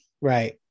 Right